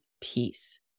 peace